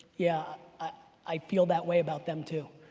yeah i feel that way about them too.